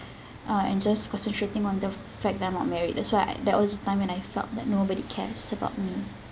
uh and just concentrating on the fact that I'm not married that's why I that was the time and I felt that nobody cares about me